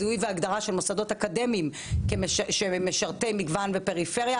זיהוי והגדרה של מוסדות אקדמיים כמשרתי מגוון בפריפריה